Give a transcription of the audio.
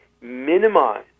minimize